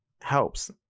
helps